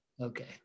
Okay